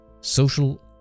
social